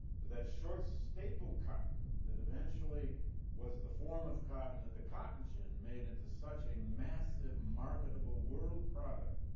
but that short stapled cotton that eventually was the form of cotton that the cotton gin made into such a massive, marketable world product,